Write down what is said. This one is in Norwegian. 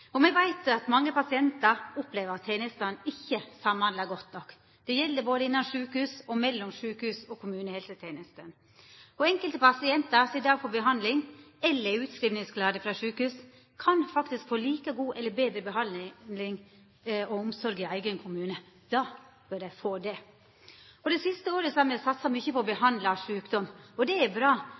om. Me veit at mange pasientar opplever at tenestene ikkje samhandlar godt nok. Det gjeld både innan sjukehus og mellom sjukehus og kommunehelseteneste. Enkelte pasientar som i dag får behandling eller er utskrivingsklare frå sjukehus, kan faktisk få like god eller betre behandling og omsorg i eigen kommune. Da bør dei få det. Det siste året har me satsa mykje på å behandla sjukdom. Det er bra.